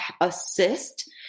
assist